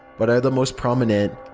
but are the most prominent.